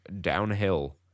downhill